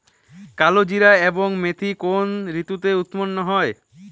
কালোজিরা এবং মেথি কোন ঋতুতে উৎপন্ন হয়?